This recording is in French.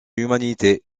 humanité